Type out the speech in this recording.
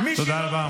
תודה רבה.